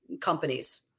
companies